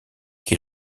qui